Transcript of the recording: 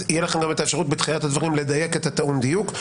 אז יהיה לכם גם את האפשרות בתחילת הדברים לדייק את הטעון דיוק.